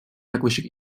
yaklaşık